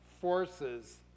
forces